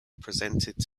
presented